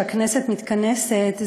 שהכנסת מתכנסת,